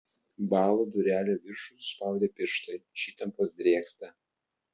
bąla durelių viršų suspaudę pirštai iš įtampos drėgsta